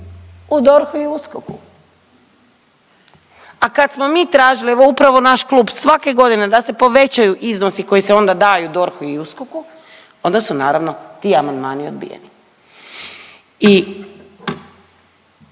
U DORH-u i USKOK-u. A kada smo mi tražili, evo upravo naš klub svake godine da se povećaju iznosi koji se onda daju DORH-u i USKOK-u, onda su naravno ti amandmani odbijeni. I